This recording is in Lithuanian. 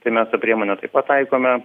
tai mes tą priemonę taip pat taikome